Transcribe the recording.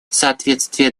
соответствие